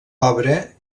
obra